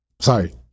Sorry